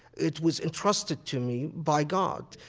it was entrusted to me by god.